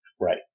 Right